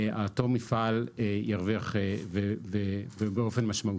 אותו מפעל ירוויח באופן משמעותי.